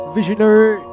Visionary